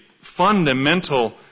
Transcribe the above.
fundamental